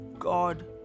God